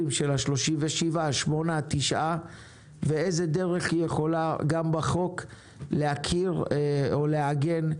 של ה-37,38,39 ובאיזו דרך היא יכולה גם בחוק להכיר ולעגן.